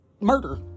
murder